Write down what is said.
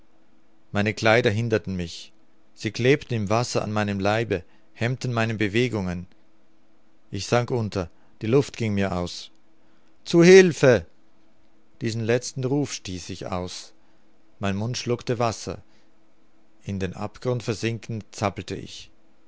meine kleider hinderten mich sie klebten im wasser an meinem leibe hemmten meine bewegungen ich sank unter die luft ging mir aus zu hilfe diesen letzten ruf stieß ich aus mein mund schluckte wasser in den abgrund versinkend zappelte ich